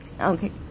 Okay